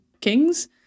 kings